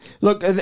look